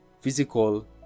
physical